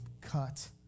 cut